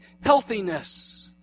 healthiness